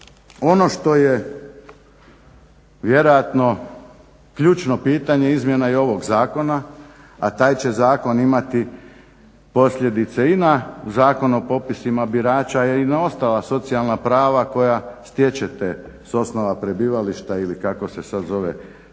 Ono što je vjerojatno ključno pitanje izmjena i ovog zakona, a taj će zakon imati posljedice i na Zakon o popisima birača a i na ostala socijalna prava koja stječete sa osnova prebivališta ili kako se sad zove trajnog